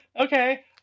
okay